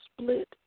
split